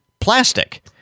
plastic